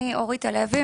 אני אורית הלוי,